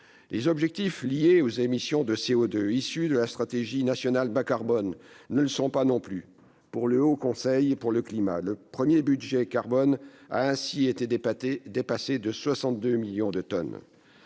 Les objectifs liés aux émissions de CO2, issus de la stratégie nationale bas-carbone (SNBC), ne le sont pas non plus. Pour le Haut Conseil pour le climat (HCC), le premier budget carbone a ainsi été dépassé de 62 millions de tonnes.